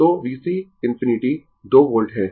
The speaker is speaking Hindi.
तो VC ∞ 2 वोल्ट है